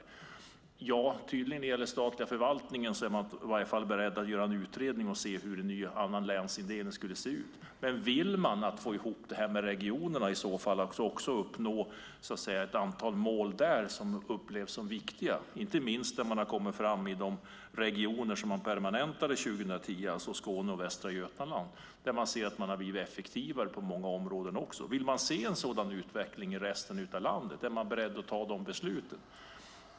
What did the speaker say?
Tydligen är man när det gäller den statliga förvaltningen i alla fall beredd att göra en utredning för att se hur en ny och annorlunda länsindelning skulle se ut. Men vill man i så fall få ihop det här med regionerna och även uppnå ett antal mål där som upplevs som viktiga? Det gäller inte minst där man har kommit fram i de regioner som man permanentade 2010, det vill säga Skåne och Västra Götaland. Där har man blivit effektivare på många områden. Vill regeringen se en sådan utveckling i resten av landet? Är den beredd att fatta dessa beslut?